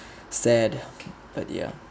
sad but ya